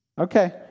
Okay